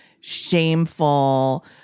shameful